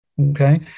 okay